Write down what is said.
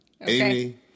Amy